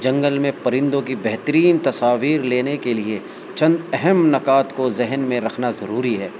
جنگل میں پرندوں کی بہترین تصاویر لینے کے لیے چند اہم نقاد کو ذہن میں رکھنا ضروری ہے